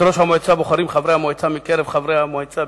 את ראש המועצה בוחרים חברי המועצה מקרב חברי המועצה,